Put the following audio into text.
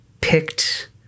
picked